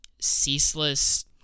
ceaseless